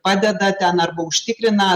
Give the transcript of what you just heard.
padeda ten arba užtikrina